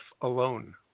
alone